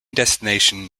destination